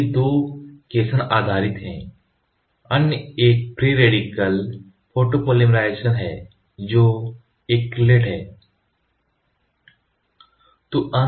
तो ये 2 cation आधारित हैं अन्य एक फ्री रेडिकल फोटोपॉलीमराइज़ेशन है जो एक्रिलेट्स है